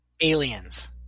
Aliens